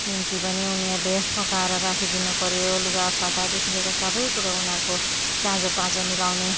निम्ति पनि उनीहरूले पकाएर राखिदिनु पऱ्यो लुगा फाटादेखि लिएर सबैकुरो उनीहरूको चाँजो पाँजो मिलाउने